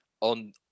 on